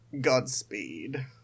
Godspeed